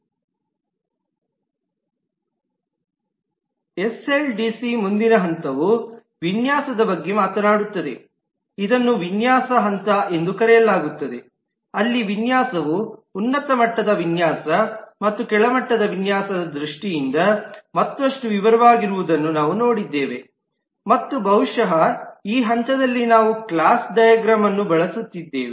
ಎಸ್ಡಿಎಲ್ಸಿಯಲ್ಲಿ ಮುಂದಿನ ಹಂತವು ವಿನ್ಯಾಸದ ಬಗ್ಗೆ ಮಾತನಾಡುತ್ತದೆ ಇದನ್ನು ವಿನ್ಯಾಸ ಹಂತ ಎಂದು ಕರೆಯಲಾಗುತ್ತದೆ ಅಲ್ಲಿ ವಿನ್ಯಾಸವು ಉನ್ನತ ಮಟ್ಟದ ವಿನ್ಯಾಸ ಮತ್ತು ಕೆಳಮಟ್ಟದ ವಿನ್ಯಾಸದ ದೃಷ್ಟಿಯಿಂದ ಮತ್ತಷ್ಟು ವಿವರವಾಗಿರುವುದನ್ನು ನಾವು ನೋಡಿದ್ದೇವೆ ಮತ್ತು ಬಹುಶಃ ಈ ಹಂತದಲ್ಲಿ ನಾವು ಕ್ಲಾಸ್ ಡೈಗ್ರಾಮ್ವನ್ನು ಬಳಸುತ್ತಿದ್ದೇವೆ